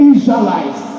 Israelites